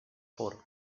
por